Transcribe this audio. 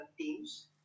teams